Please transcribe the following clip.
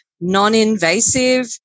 non-invasive